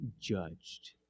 judged